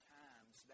times